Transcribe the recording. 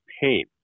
pain